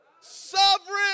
sovereign